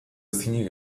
ezinik